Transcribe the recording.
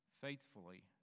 faithfully